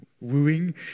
wooing